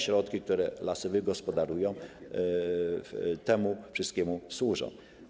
Środki, które Lasy wygospodarują, temu wszystkiemu służą.